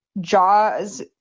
Jaws